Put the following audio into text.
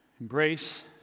embrace